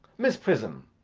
miss prism,